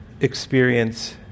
experience